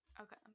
Okay